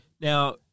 Now